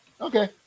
Okay